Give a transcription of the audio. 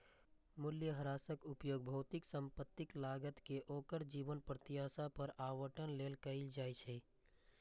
मूल्यह्रासक उपयोग भौतिक संपत्तिक लागत कें ओकर जीवन प्रत्याशा पर आवंटन लेल कैल जाइ छै